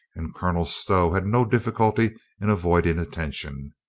and colonel stow had no difficulty in avoiding attention.